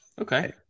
Okay